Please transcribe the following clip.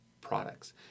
products